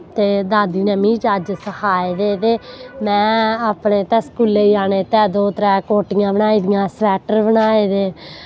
ते दादी नै मिगी चज्ज सखाए दे ते मैं अपने तै स्कूले जानै तै दो त्रै कोट्टियां बनाई दियां सवैट्टर बनाए दे